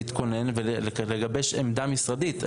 להתכונן ולגבש עמדה משרדית.